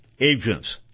agents